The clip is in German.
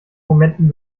momenten